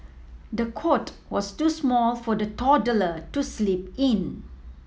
the cot was too small for the toddler to sleep in